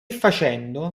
facendo